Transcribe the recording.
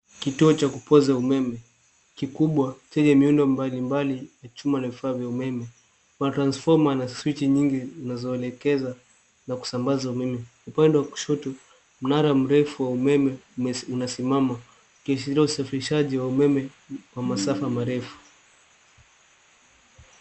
Kituo cha kupoza umeme kikubwa chenye miundo mbali mbali chuma na vifaa vya umeme transformer na switch nyingi zinazoelekeza na kusambaza umeme upande wa kushoto mnara mrefu wa umeme unasimama ukiashiria usafirishaji wa umeme kwa masafa marefu.